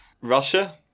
Russia